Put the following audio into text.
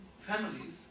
families